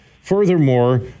furthermore